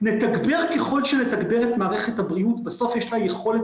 נתגבר ככל שנתגבר את מערכת הבריאות בסוף יש לה יכולת